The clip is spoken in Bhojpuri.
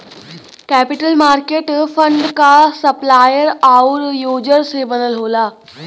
कैपिटल मार्केट फंड क सप्लायर आउर यूजर से बनल होला